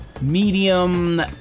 medium